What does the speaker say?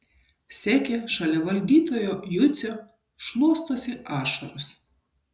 sekė šalia valdytojo jucio šluostosi ašaras